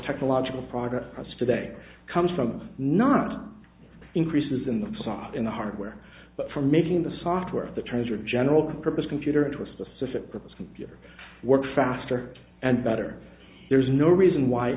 technological progress that's today comes from not increases in the saw in the hardware but for making the software of the treasure general purpose computer into a specific purpose computer work faster and better there's no reason why